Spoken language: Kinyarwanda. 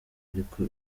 ariko